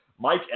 Mike